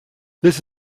this